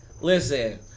Listen